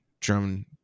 German